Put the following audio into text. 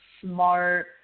smart